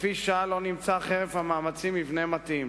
ולפי שעה לא נמצא, חרף המאמצים, מבנה מתאים.